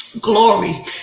Glory